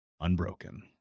unbroken